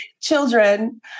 children